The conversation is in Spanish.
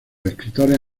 escritores